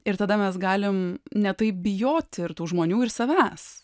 ir tada mes galim ne taip bijoti ir tų žmonių ir savęs